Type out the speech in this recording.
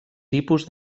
tipus